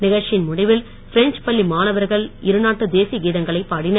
நிகழ்ச்சியின் முடிவில் பிரெஞ்ச் பள்ளி மாணவர்கள் இரு நாட்டு தேசிய கீதங்களை பாடினர்